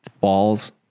balls